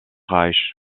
reich